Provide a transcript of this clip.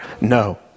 No